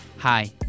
Hi